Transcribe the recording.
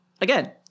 again